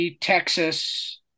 Texas